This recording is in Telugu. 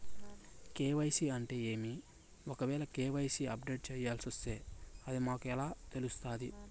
కె.వై.సి అంటే ఏమి? ఒకవేల కె.వై.సి అప్డేట్ చేయాల్సొస్తే అది మాకు ఎలా తెలుస్తాది?